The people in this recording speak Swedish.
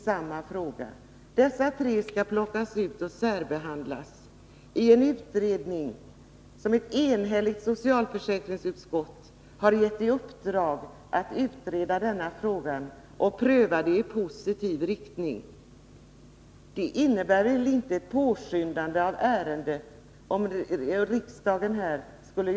Skall de tre motionerna särbehandlas av en utredning som ett enhälligt socialförsäkringsutskott har gett i uppdrag att utreda denna fråga och att göra en prövning i positiv riktning? Ett riksdagsuttalande skulle väl inte innebära att behandlingen av ärendet påskyndades.